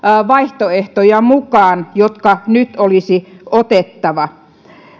vaihtoehtoja mukaan jotka nyt olisi otettava